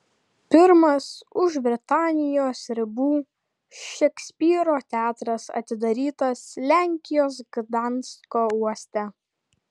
pirmas už britanijos ribų šekspyro teatras atidarytas lenkijos gdansko uoste